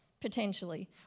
potentially